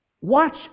watch